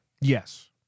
Yes